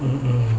mm